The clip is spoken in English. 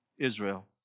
Israel